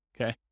okay